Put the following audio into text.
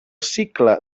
cicle